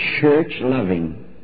church-loving